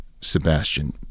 Sebastian